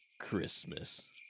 Christmas